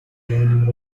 learning